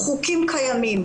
חוקים קיימים,